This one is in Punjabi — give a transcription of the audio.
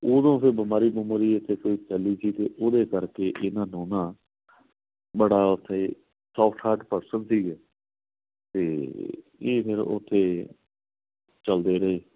ਉਦੋਂ ਫਿਰ ਬਿਮਾਰੀ ਬਮੂਰੀ ਇੱਥੇ ਕੋਈ ਚੱਲੀ ਸੀ ਅਤੇ ਉਹਦੇ ਕਰਕੇ ਇਹਨਾਂ ਨੂੰ ਨਾ ਬੜਾ ਉੱਥੇ ਸੋਫਟ ਹਾਰਟ ਪਰਸਨ ਸੀਗੇ ਅਤੇ ਇਹ ਫਿਰ ਉੱਥੇ ਚੱਲਦੇ ਰਹੇ